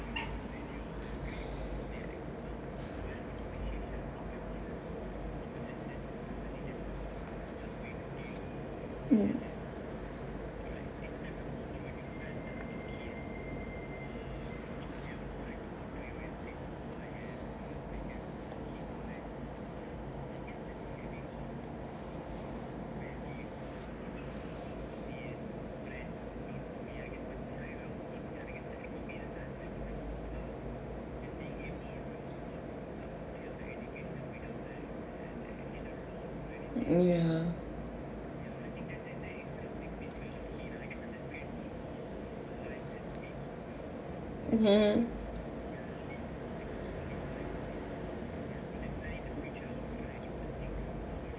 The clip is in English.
mm mm ya mmhmm